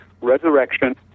resurrection